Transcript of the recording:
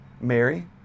Mary